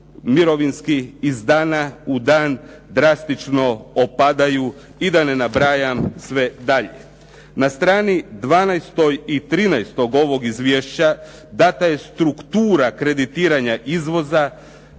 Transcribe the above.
mirovinski iz dana u dan drastično opadaju i da ne nabrajam sve dalje. Na strani 12. i 13. ovog izvješća dana je struktura kreditiranja izvoza